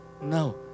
No